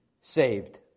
saved